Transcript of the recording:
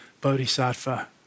bodhisattva